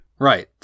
Right